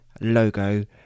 logo